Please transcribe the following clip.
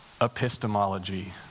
epistemology